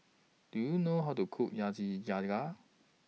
Do YOU know How to Cook